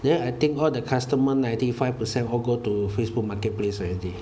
then I think all the customer ninety five percent all go to Facebook marketplace already